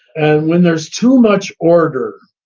and when there's too much order,